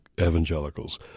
evangelicals